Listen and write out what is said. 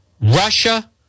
Russia